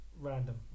random